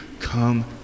come